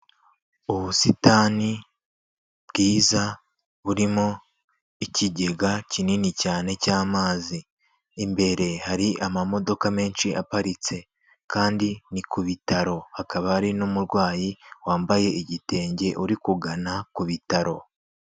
Ubusitani bwiza burimo ikigega kinini cyane cy'amazi. Imbere hari amamodoka menshi aparitse kandi ni ku bitaro. Hakaba hari n'umurwayi wambaye igitenge uri kugana ku bitaro.